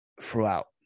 throughout